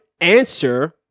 answer